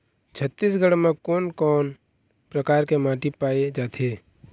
छत्तीसगढ़ म कोन कौन प्रकार के माटी पाए जाथे?